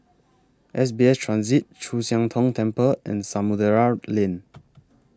S B S Transit Chu Siang Tong Temple and Samudera Lane